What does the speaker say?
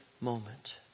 moment